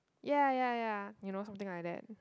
ya ya ya you know something like that